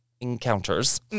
encounters